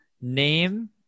Name